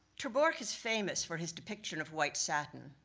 ter borch is famous for his depiction of white satin,